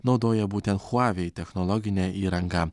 naudoja būtent huawei technologinę įrangą